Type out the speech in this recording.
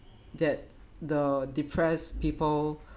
that the depressed people